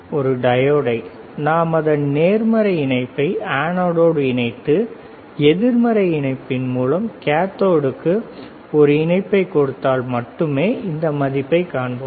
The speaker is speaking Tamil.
ஒரு டையோடை நாம் அதன் நேர்மறை இணைப்பை அனோடோடு இணைத்து எதிர்மறை இணைப்பின் மூலம் கேதோட்டுக்கு ஒரு ஒருத்தரை இணைப்பை கொடுத்தால் மட்டுமேஇந்த மதிப்பைக் காண்போம்